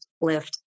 lift